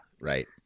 Right